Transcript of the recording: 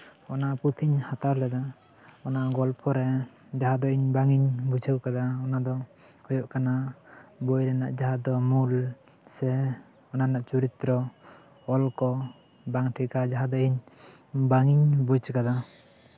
ᱚᱱᱟ ᱯᱩᱛᱷᱤᱧ ᱦᱟᱛᱟᱣ ᱞᱮᱫᱟ ᱚᱱᱟ ᱜᱚᱞᱯᱷᱚᱨᱮ ᱡᱟᱦᱟᱸ ᱫᱚ ᱤᱧ ᱵᱟᱝ ᱤᱧ ᱵᱩᱡᱷᱟᱹᱣ ᱠᱟᱫᱟ ᱚᱱᱟᱫᱚ ᱦᱳᱭᱳᱜ ᱠᱟᱱᱟ ᱵᱳᱭ ᱨᱮᱱᱟᱜ ᱡᱟᱦᱟᱸ ᱫᱚ ᱢᱩᱞ ᱥᱮ ᱚᱱᱟ ᱨᱮᱱᱟᱜ ᱪᱚᱨᱤᱛᱨᱚ ᱚᱞᱠᱚ ᱵᱟᱝ ᱴᱷᱤᱠᱼᱟ ᱡᱟᱦᱟᱸ ᱫᱚ ᱤᱧ ᱵᱟᱝ ᱤᱧ ᱵᱩᱡᱽ ᱠᱟᱫᱟ